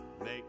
make